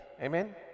Amen